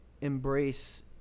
embrace